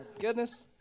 goodness